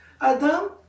Adam